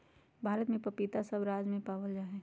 भारत में पपीता सब राज्य में पावल जा हई